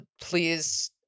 please